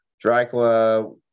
Dracula